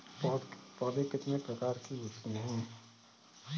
पौध कितने प्रकार की होती हैं?